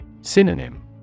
Synonym